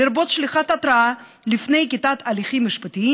לרבות שליחת התרעה לפני נקיטת הליכים משפטיים